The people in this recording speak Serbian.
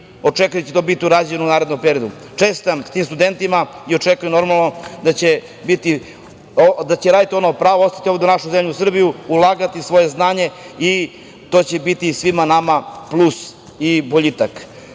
očekuje da će to biti urađeno u narednom periodu. Čestitam tim studentima i očekujem da će uraditi ono pravo i ostati ovde u našoj zemlji Srbiji, ulagati u svoje znanje i to će biti svima nama plus i boljitak. Inače,